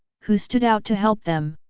who stood out to help them.